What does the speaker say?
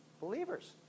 Believers